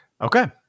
Okay